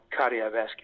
cardiovascular